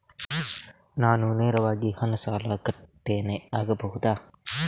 ನಾನು ನೇರವಾಗಿ ಹಣ ಸಾಲ ಕಟ್ಟುತ್ತೇನೆ ಆಗಬಹುದ?